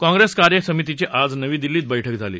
काँग्रेस कार्य समितीची आज नवी दिल्लीत बैठक झाली